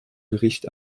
gericht